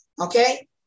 okay